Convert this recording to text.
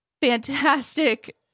fantastic